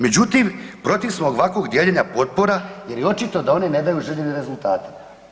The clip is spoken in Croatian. Međutim, protiv smo ovakvog dijeljenja potpora jer je očito da one ne daju željene rezultate.